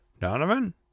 Donovan